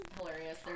hilarious